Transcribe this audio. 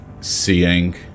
seeing